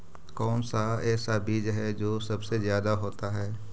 कौन सा ऐसा बीज है जो सबसे ज्यादा होता है?